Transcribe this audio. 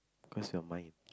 cause you're mine